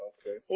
Okay